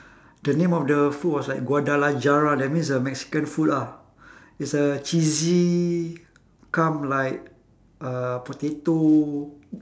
the name of the food was like guadalajara that means uh mexican food ah it's a cheesy cum like uh potato